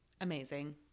Amazing